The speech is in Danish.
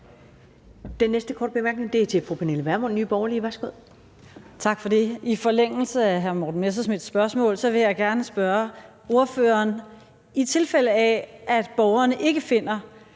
I forlængelse af hr. Morten Messerschmidts spørgsmål vil jeg gerne spørge ordføreren: I tilfælde af at borgerne ikke finder,